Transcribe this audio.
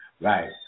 Right